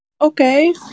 Okay